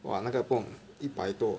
!wah! 那个不懂一百多